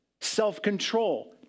self-control